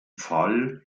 fall